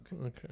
Okay